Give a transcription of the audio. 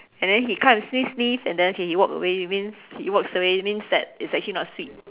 and then he come and sniff sniff and then he walk away means he walks away means that it's actually not sweet